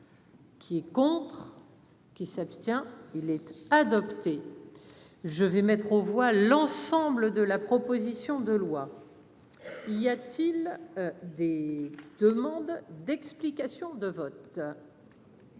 Qui est contre qui s'abstient il être adopté, je vais mettre aux voix l'ensemble de la proposition de loi. Il y a-t-il des demandes d'explications de vote.